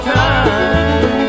time